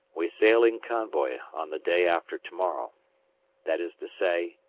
we sail in convoy on the day after tomorrow that is to say,